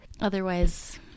Otherwise